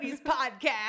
podcast